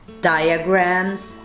diagrams